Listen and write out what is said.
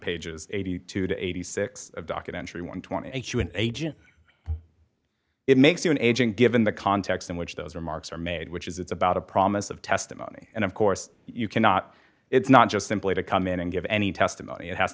pages eighty two to eighty six documentary one hundred and twenty two an agent it makes you an agent given the context in which those remarks are made which is it's about a promise of testimony and of course you cannot it's not just simply to come in and give any testimony it has